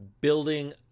building